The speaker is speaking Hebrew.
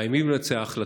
חייבים לבצע החלטות.